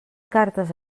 cartes